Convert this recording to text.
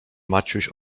maciuś